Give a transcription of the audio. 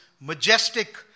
majestic